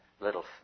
little